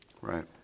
right